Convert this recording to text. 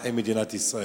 אזרחי מדינת ישראל,